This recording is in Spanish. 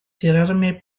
tirarme